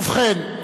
ובכן,